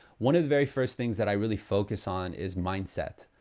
one of the very first things that i really focus on is mindset.